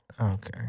Okay